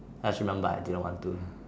I still remember I didn't want to